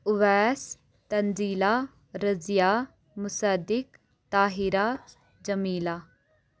Owais Tanzeela Razia Musaddiq Tahira Jamila